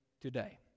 today